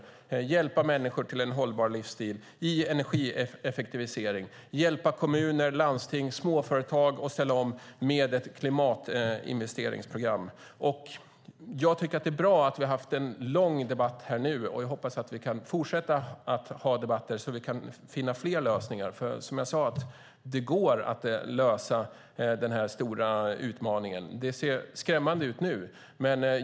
Det handlar om att hjälpa människor till en hållbar livsstil och energieffektivisering och att hjälpa kommuner, landsting och småföretag att ställa om med ett klimatinvesteringsprogram. Det är bra att vi nu har haft en lång debatt. Jag hoppas att vi kan fortsätta att ha debatter så att vi kan finna fler lösningar. Det går att lösa denna stora utmaning. Det ser skrämmande ut nu.